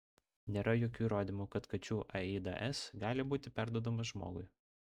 nėra jokių įrodymų kad kačių aids gali būti perduodamas žmogui